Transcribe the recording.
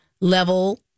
level